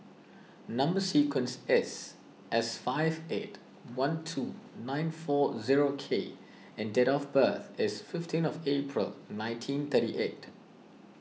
Number Sequence is S five eight one two nine four zero K and date of birth is fifteen of April nineteen thirty eight